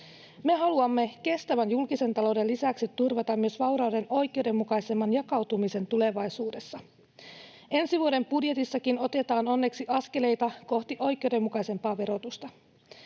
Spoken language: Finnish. Me haluamme kestävän julkisen talouden lisäksi turvata myös vaurauden oikeudenmukaisemman jakautumisen tulevaisuudessa. Ensi vuoden budjetissakin otetaan onneksi askeleita kohti oikeudenmukaisempaa verotusta.